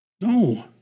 No